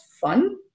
fun